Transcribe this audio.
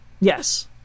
Yes